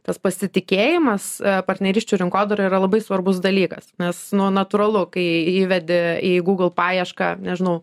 tas pasitikėjimas partnerysčių rinkodaroj yra labai svarbus dalykas nes nu natūralu kai įvedi į google paiešką nežinau